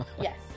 Yes